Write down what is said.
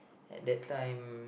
at that time